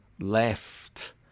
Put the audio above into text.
left